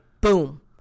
boom